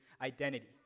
identity